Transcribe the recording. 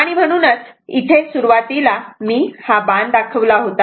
आणि म्हणूनच इथे सुरुवातीला मी हा बाण दाखवला होता